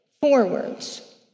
forwards